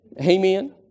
Amen